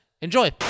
Enjoy